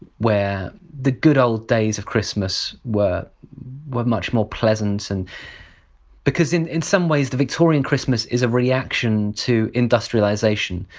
where the good old days of christmas were were much more pleasant. and because in in some ways the victorian christmas is a reaction to industrialization,